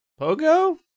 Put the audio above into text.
Pogo